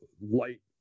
light